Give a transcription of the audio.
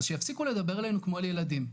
אז שיפסיקו לדבר אלינו כמו אל ילדים.